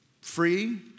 free